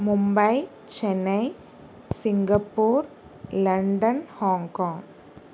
Mumbai Chennai Singapore London Hong Kong